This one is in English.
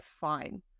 fine